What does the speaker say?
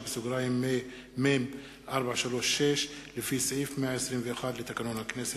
2009, לפי סעיף 121 לתקנון הכנסת.